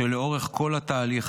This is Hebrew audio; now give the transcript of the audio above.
שלאורך כל התהליך,